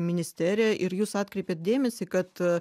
ministerija ir jūs atkreipėt dėmesį kad